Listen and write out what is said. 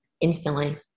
instantly